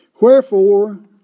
Wherefore